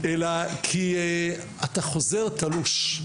אלא כי אתה חוזר תלוש.